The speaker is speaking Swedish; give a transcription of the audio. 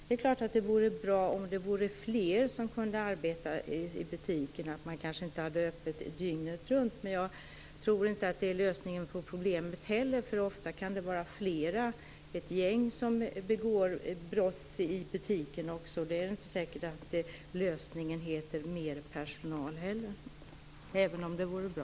Det är klart att det vore bra om fler kunde arbeta i butikerna och om man kanske inte hade öppet dygnet runt. Men jag tror inte att det är lösningen på problemet. Ofta kan det vara flera, ett gäng, som begår brott i butikerna. Det är inte säkert att lösningen heter mer personal, även om det vore bra.